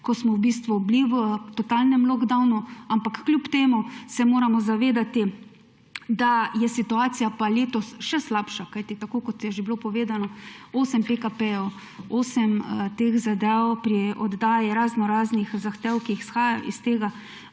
ko smo v bistvu bili v totalnem lock downu, ampak kljub temu se moremo zavedati, da je situacija pa letos še slabša, kot je bilo že povedano, osem PKP-jev, osem teh zadev pri oddaji raznoraznih zahtev, ki izhajajo iz tega,